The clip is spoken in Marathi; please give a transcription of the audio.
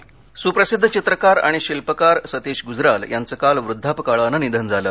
गजराल निधन सुप्रसिद्ध चित्रकार आणि शिल्पकार सतीश गुजराल यांचं काल वृध्दापकाळाने निधन झालं